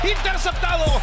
Interceptado